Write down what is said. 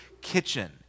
kitchen